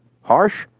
Harsh